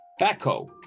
backhoe